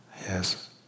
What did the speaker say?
Yes